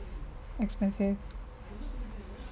expensive